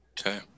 Okay